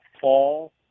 fall